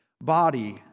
body